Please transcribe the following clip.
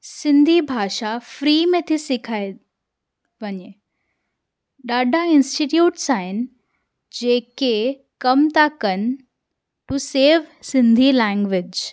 सिंधी भाषा फ़्री में थी सेखारी वञे ॾाढा इंस्टीट्यूट्स आहिनि जेके कमु था कनि टू सेव सिंधी लैंगवेज